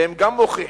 והם גם מוכיחים,